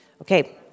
Okay